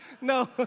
No